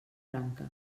branca